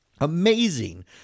Amazing